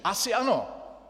Asi ano!